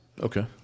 Okay